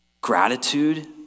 Gratitude